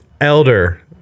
Elder